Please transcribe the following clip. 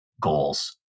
goals